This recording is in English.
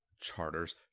Charters